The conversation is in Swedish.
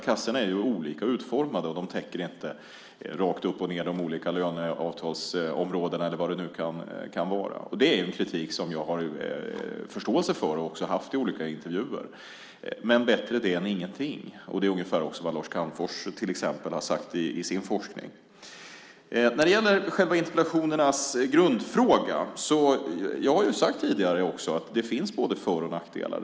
Kassorna är olika utformade och täcker inte rakt av de olika löneavtalsområdena eller vad det nu kan vara - det är en kritik som jag har förståelse för och en kritik som också jag haft i olika intervjuer - men bättre det än ingenting. Det är ungefär vad också till exempel Lars Calmfors har sagt i sin forskning. När det gäller själva grundfrågan i interpellationerna finns det, som jag tidigare sagt, både för och nackdelar.